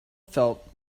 felt